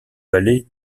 vallée